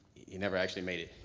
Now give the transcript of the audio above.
he never actually made it.